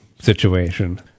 situation